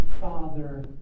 father